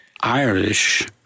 Irish